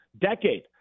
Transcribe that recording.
decade